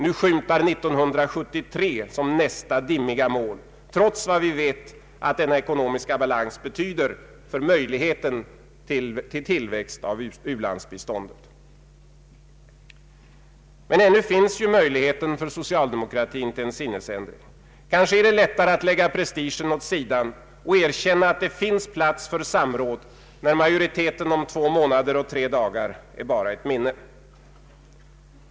1967 skulle balansen nås 1970, nu skymtar 1973 som nästa dimmiga mål. Men ännu finns möjligheten för socialdemokratin till en sinnesändring. Kanske är det lättare att lägga prestigen åt sidan och erkänna att det finns plats för samråd, när majoriteten om två månader och tre dagar är bara ett minne.